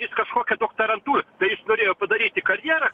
jis kažkokią doktorantūrą tai jis norėjo padaryti karjerą